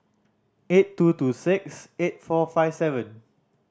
eight two two six eight four five seven